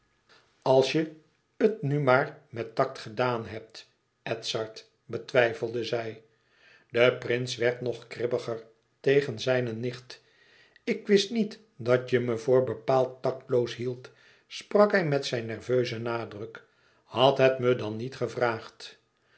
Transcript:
als je het nu maar met tact gedaan hebt edzard betwijfelde zij de prins werd nog kribbiger tegen zijne nicht ik wist niet dat je me voor bepaald tacteloos hield sprak hij met zijn nerveuzen nadruk had het me dan niet gevraagd